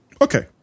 Okay